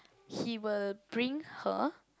he will bring her